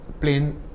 plane